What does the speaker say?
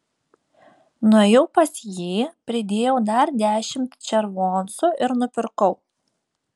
nuėjau pas jį pridėjau dar dešimt červoncų ir nupirkau